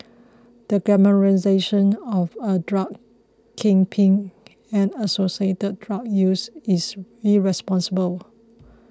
the glamorisation of a drug kingpin and associated drug use is irresponsible